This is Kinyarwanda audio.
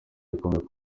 rikomeye